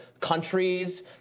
countries